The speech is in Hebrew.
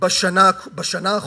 בשנה האחרונה,